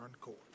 court